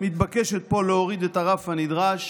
מתבקשת פה להוריד את הרף הנדרש